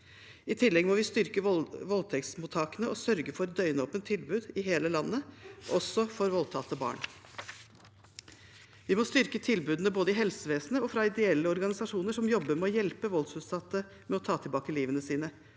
I tillegg må vi styrke voldtektsmottakene og sørge for døgnåpne tilbud i hele landet, også for voldtatte barn. Vi må styrke tilbudene både i helsevesenet og fra ideelle organisasjoner som jobber med å hjelpe voldsutsatte med å ta tilbake livet sitt.